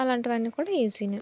అలాంటివి అన్నీ కూడా ఈజీ